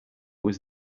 was